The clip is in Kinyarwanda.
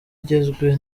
igizwe